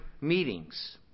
meetings